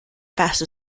fast